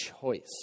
choice